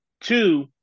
Two